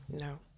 No